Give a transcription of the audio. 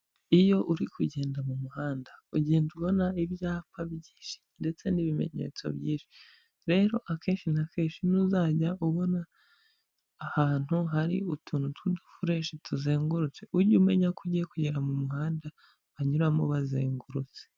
Iyo uri kugenda mu muhanda ugenda ubona ibyapa byinshi ndetse n'ibimenyetso byinshi, rero akenshi na kenshi n'uzajya ubona ahantu hari utuntu tw'udufureshi tuzengurutse ujye umenya ko ugiye kugera mu muhanda banyuramo bazengurutse.